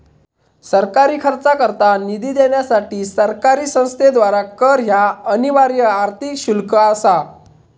सरकारी खर्चाकरता निधी देण्यासाठी सरकारी संस्थेद्वारा कर ह्या अनिवार्य आर्थिक शुल्क असा